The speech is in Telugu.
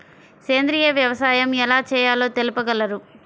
సేంద్రీయ వ్యవసాయం ఎలా చేయాలో తెలుపగలరు?